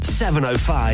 705